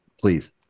please